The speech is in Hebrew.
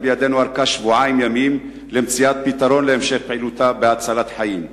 לנו ארכה של שבועיים ימים למציאת פתרון להמשך פעילותה בהצלת חיים.